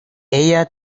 ella